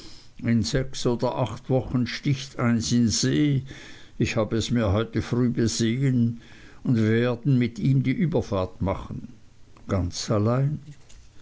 in sechs oder acht wochen sticht eins in see ich habe es mir heute früh besehen und wir werden mit ihm die überfahrt machen ganz allein